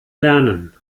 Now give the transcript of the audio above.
lernen